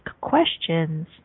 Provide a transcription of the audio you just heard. questions